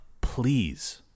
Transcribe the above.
please